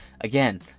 again